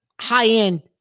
high-end